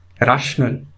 rational